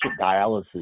dialysis